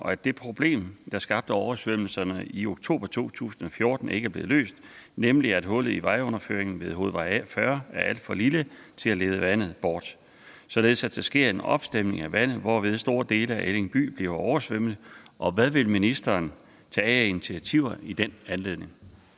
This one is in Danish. og at det problem, der skabte oversvømmelserne i oktober 2014, ikke er blevet løst, nemlig at hullet i vejunderføringen ved hovedvej A40 er alt for lille til at lede vandet bort, således at der sker en opstemning af vandet, hvormed store dele af Elling by bliver oversvømmet, og hvad vil ministeren tage af initiativer i den anledning?